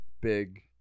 big